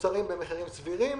במחירים סבירים